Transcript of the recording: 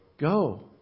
go